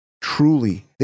truly